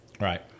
Right